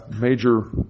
major